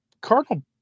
Cardinal